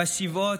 בשבעות,